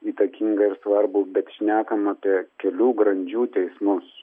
įtakingą ir svarbų bet šnekam apie kelių grandžių teismus